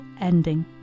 ending